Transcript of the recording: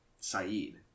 Saeed